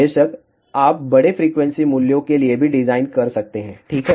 बेशक आप बड़े फ्रीक्वेंसी मूल्यों के लिए भी डिजाइन कर सकते हैं ठीक है